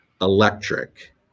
electric